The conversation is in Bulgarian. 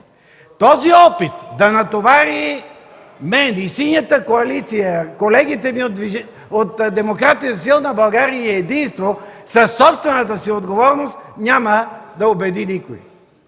Този опит – да натовари мен и Синята коалиция, колегите ми от Демократи за силна България и „Единство” със собствената си отговорност, няма да убеди никого.